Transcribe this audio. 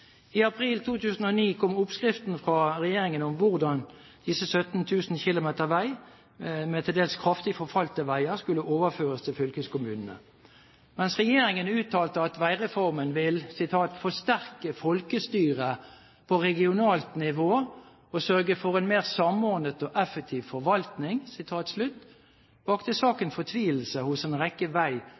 I april 2009 kom oppskriften fra regjeringen om hvordan disse 17 000 km vei med til dels kraftig forfalte veier skulle overføres til fylkeskommunene. Mens regjeringen uttalte at veireformen vil «forsterke folkestyret på regionalt nivå og sørge for en mer samordnet og effektiv forvaltning», vakte saken fortvilelse hos en rekke vei-